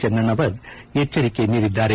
ಚನ್ನಣ್ಣನವರ್ ಎಚ್ವರಿಕೆ ನೀಡಿದ್ದಾರೆ